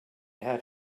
had